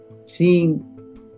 seeing